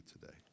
today